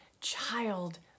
child